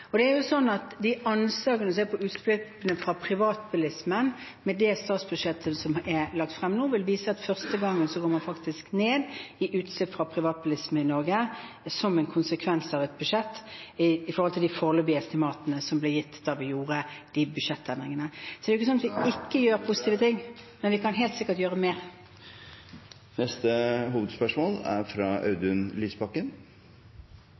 lagt frem nå, vil det vise seg at for første gang går faktisk utslippene fra privatbilismen i Norge ned som en konsekvens av budsjettet i forhold til de foreløpige estimatene som ble gitt da vi foretok budsjettendringene. Så det er ikke sånn at vi ikke gjør positive ting, men vi kan helt sikkert gjøre mer. Vi går da videre til neste hovedspørsmål. Da forlater vi kosetimen og går tilbake til spørretimen. Under den rød-grønne regjeringen ble barnefamilier fra